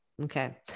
Okay